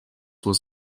was